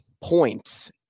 points